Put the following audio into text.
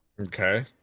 okay